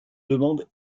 demande